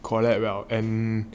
collab liao then